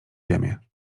ziemię